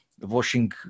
washing